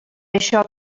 això